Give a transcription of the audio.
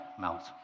melt